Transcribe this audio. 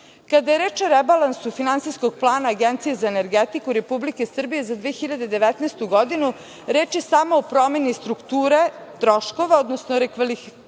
je reč o rebalansu Finansijskog plana Agencije za energetiku Republike Srbije za 2019. godinu, reč je samo o promeni strukture troškova, odnosno rekvalifikaciji